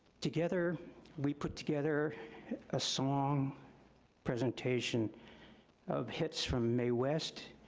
together we put together a song presentation of hits from mae west,